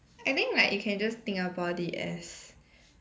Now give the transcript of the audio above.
I think like you can just think about it as